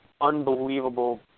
unbelievable